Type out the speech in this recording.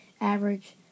average